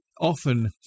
often